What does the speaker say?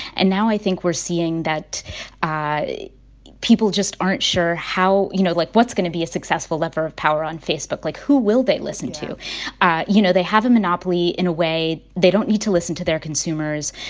and now i think we're seeing that people just aren't sure how you know, like, what's going to be a successful lever of power on facebook. like, who will they listen to ah you know, they have a monopoly in a way. they don't need to listen to their consumers.